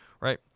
right